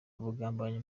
ubugambanyi